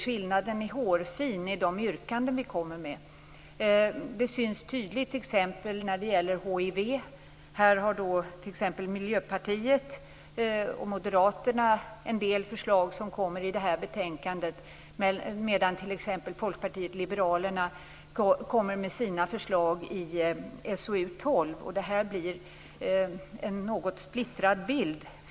Skillnaden är hårfin i de yrkanden vi kommer med. Ett tydligt exempel gäller hiv. Här har t.ex. Miljöpartiet och Moderaterna en del förslag som framläggs i det här betänkandet, medan t.ex. Folkpartiet liberalerna kommer med sina förslag i SoU12. Det ger en något splittrad bild.